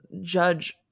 judge